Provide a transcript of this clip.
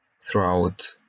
throughout